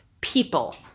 People